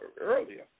earlier